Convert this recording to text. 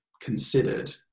considered